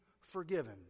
forgiven